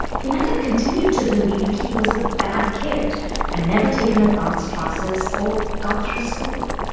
he might have continued to believe he was a bad kid and never taken advanced classes or got through school.